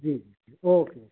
जी okay